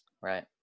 right